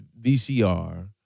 VCR